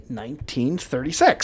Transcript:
1936